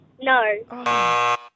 No